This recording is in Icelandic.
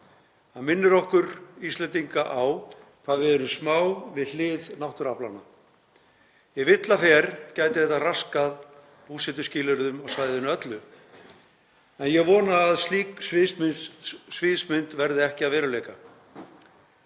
Það minnir okkur Íslendinga á hvað við erum smá við hlið náttúruaflanna. Ef illa fer gæti þetta raskað búsetuskilyrðum á svæðinu öllu en ég vona að slík sviðsmynd verði ekki að veruleika.